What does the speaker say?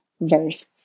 verse